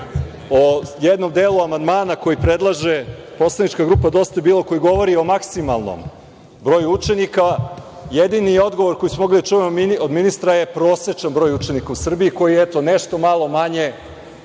o jednom delu amandmana koji predlaže Poslanička grupa DJB koji govori o maksimalnom broju učenika, jedini odgovor koji smo mogli da čujemo od ministra je prosečan broj učenika u Srbiji, koji je, eto, nešto malo manje